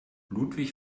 ludwig